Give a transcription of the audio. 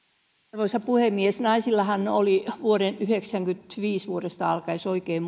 arvoisa puhemies naisillahan on ollut vuodesta yhdeksänkymmentäviisi alkaen jos oikein